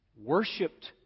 worshipped